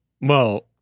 Well-